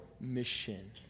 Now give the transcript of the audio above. mission